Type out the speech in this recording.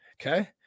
Okay